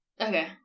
Okay